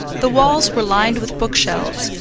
the walls were lined with bookshelves,